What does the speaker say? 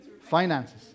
finances